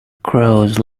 crows